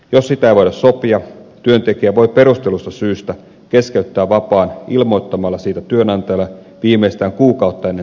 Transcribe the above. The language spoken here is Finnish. jos sitä ei voida sopia työntekijä voi perustellusta syystä keskeyttää vapaan ilmoittamalla siitä työnantajalle viimeistään kuukautta ennen työhön paluuta